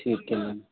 ਠੀਕ ਐ ਜੀ